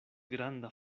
granda